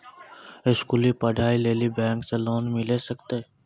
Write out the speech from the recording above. स्कूली पढ़ाई लेली बैंक से लोन मिले सकते?